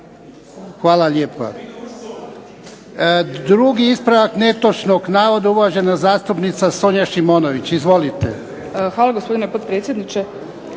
Hvala lijepa. Drugi ispravak netočnog navoda uvažena zastupnica Sonja Šimonović. Izvolite. **Šimunović, Sonja